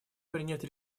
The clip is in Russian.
принять